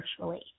virtually